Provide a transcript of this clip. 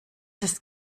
ist